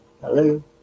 hello